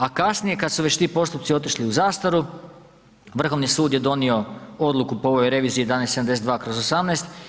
A kasnije kada su već ti postupci otišli u zastaru Vrhovni sud je donio odluku po ovoj reviziji 1172/